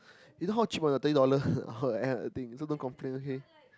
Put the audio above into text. you know how cheap or not thirty dollar for that thing so don't complain okay